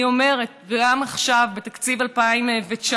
אני אומרת וגם עכשיו בתקציב 2019: